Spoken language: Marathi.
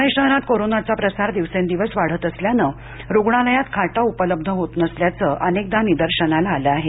पूणे शहरात कोरोनाचा प्रसार दिवसेंदिवस वाढत असल्याने रुग्णालयात बेड उपलब्ध होत नसल्याचं अनेकदा निदर्शनास आले आहे